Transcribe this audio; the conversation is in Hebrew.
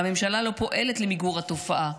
והממשלה לא פועלת למיגור התופעה,